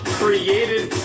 created